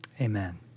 Amen